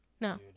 No